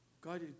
God